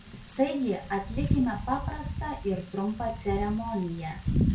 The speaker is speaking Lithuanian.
taigi atlikime paprastą ir trumpą ceremoniją